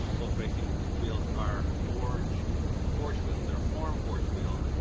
volk racing wheels are forged forged wheels. they're a form forged wheel,